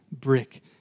brick